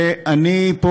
אז,